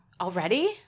Already